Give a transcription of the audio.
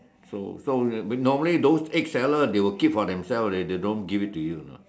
so so normally those egg sellers they will keep for themselves already they don't give it to you you know